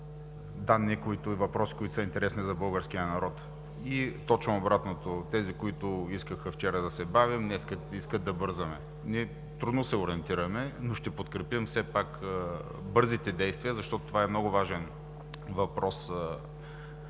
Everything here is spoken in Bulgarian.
данни и въпроси, които са интересни за българския народ. И точно обратното – тези, които искаха вчера да се бавим, днес искат да бързаме. Ние трудно се ориентираме, но ще подкрепим все пак бързите действия, защото това е много важен въпрос